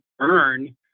earn